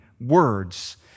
words